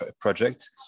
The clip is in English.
project